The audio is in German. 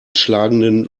schlagenden